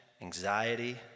anxiety